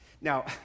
Now